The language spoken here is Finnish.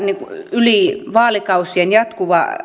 yli vaalikausien jatkuva